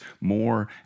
more